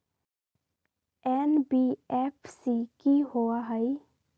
NBFC कि होअ हई?